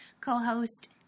co-host